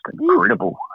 incredible